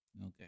okay